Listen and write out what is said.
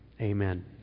Amen